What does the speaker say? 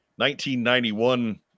1991